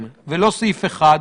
לא בהצעת חוק.